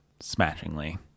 smashingly